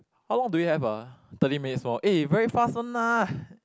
how long do we have ah thirty minutes more eh very fast one lah